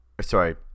Sorry